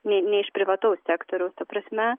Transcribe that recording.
ne iš privataus sektoriaus ta prasme